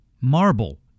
marble